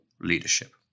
leadership